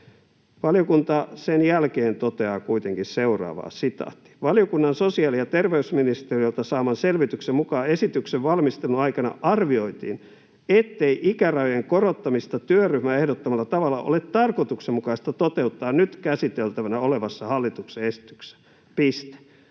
Valiokunta sen jälkeen toteaa kuitenkin seuraavaa: ”Valiokunnan sosiaali‑ ja terveysministeriöltä saaman selvityksen mukaan esityksen valmistelun aikana arvioitiin, ettei ikärajojen korottamista työryhmän ehdottamalla tavalla ole tarkoituksenmukaista toteuttaa nyt käsiteltävänä olevassa hallituksen esityksessä.” — Piste.